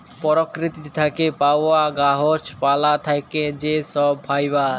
পরকিতি থ্যাকে পাউয়া গাহাচ পালা থ্যাকে যে ছব ফাইবার